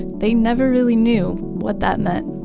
they never really knew what that meant